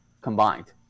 combined